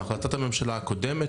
החלטת הממשלה הקודמת,